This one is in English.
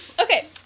Okay